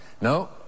No